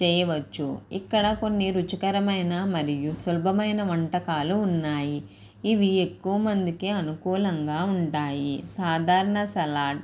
చేయవచ్చు ఇక్కడ కొన్ని రుచికరమైన మరియు సులభమైన వంటకాలు ఉన్నాయి ఇవి ఎక్కువ మందికి అనుకూలంగా ఉంటాయి సాధారణ సలాడ్